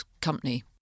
company